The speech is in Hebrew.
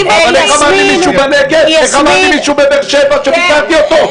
אבל איך אמר לי מישהו בבאר שבע כשביקרתי אותו?